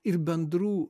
ir bendrų